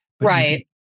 Right